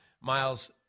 Miles